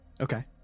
Okay